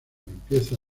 limpieza